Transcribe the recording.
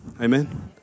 Amen